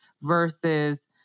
versus